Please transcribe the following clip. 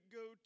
go